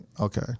okay